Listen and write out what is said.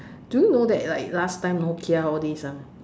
do you know that like last time Nokia all this ah